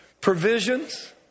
Provisions